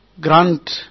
Grant